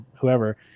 whoever